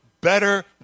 better